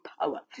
power